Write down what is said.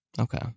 okay